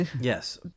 Yes